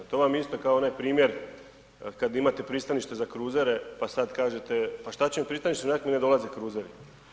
To vam je isto kao onaj primjer kad imate pristanište za kruzere pa sad kažete pa šta će mi pristanište, ionako mi ne dolaze kruzeri.